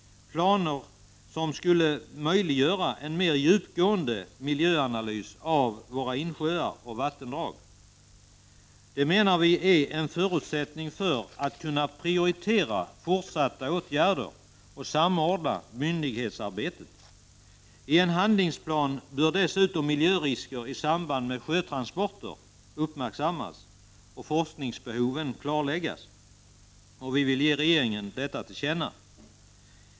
Planen skulle bl.a. möjliggöra en mer djupgående miljöanalys av våra insjöar och vattendrag. Det menar vi är en förutsättning för att kunna prioritera fortsatta åtgärder och samordna myndighetsarbetet. I en handlingsplan bör dessutom miljörisker i samband med sjötransporter uppmärksammas och forskningsbehoven klarläggas. Vi vill ge regeringen detta till känna.